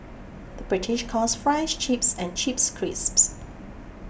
the British calls Fries Chips and Chips Crisps